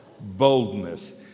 boldness